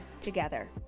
together